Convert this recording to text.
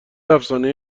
افسانه